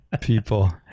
People